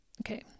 Okay